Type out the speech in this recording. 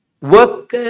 Work